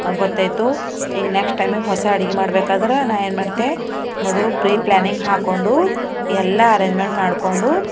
ಗೊತ್ತಾಯ್ತು ಈಗ ನೆಕ್ಸ್ಟ್ ಟೈಮಿಗೆ ಹೊಸ ಅಡುಗೆ ಮಾಡ್ಬೇಕಾದ್ರೆ ನಾ ಏನ್ಮಾಡ್ತೆ ಮೊದಲು ಪ್ರೀ ಪ್ಲ್ಯಾನಿಂಗ್ ಹಾಕ್ಕೊಂಡು ಎಲ್ಲ ಅರೇಂಜ್ಮೆಂಟ್ ಮಾಡಿಕೊಂಡು